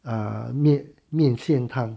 啊面面线汤